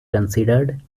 considered